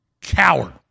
Coward